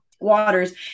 waters